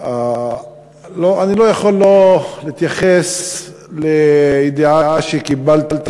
אני לא יכול שלא להתייחס לידיעה שקיבלתי